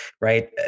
right